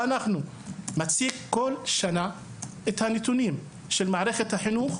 מציג כל שנה את הנתונים של מערכת החינוך,